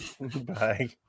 Bye